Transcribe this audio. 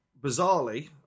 bizarrely